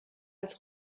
als